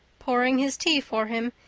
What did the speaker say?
pouring his tea for him,